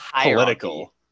political